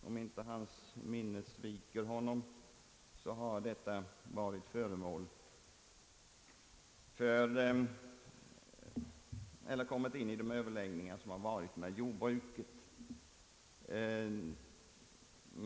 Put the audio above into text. Om inte mitt minne sviker mig, säger finansministern, så har detta ingått i de överläggningar som man har haft med jordbrukets representanter.